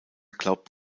glaubt